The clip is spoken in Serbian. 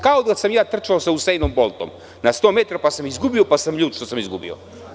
Kao da sam ja trčao sa Jusejnom Boltom na 100 metara, pa sam izgubio, pa sam ljut što sam izgubio.